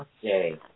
Okay